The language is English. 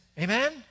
Amen